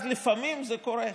אז לפעמים זה קורה.